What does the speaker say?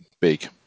big